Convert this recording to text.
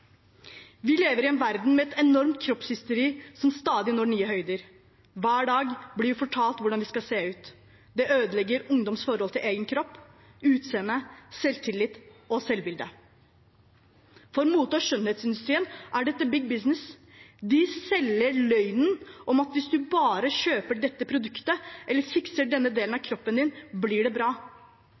Vi lever i en verden med et enormt kroppshysteri som stadig når nye høyder. Hver dag blir vi fortalt hvordan vi skal se ut. Det ødelegger ungdoms forhold til egen kropp, utseende, selvtillit og selvbilde. For mote- og skjønnhetsindustrien er dette big business. De selger løgnen om at hvis en bare kjøper dette produktet eller fikser denne delen av kroppen din, blir det bra.